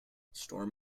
storm